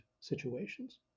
situations